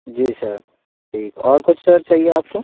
जी sir ठीक और कुछ सर चाहिए आपको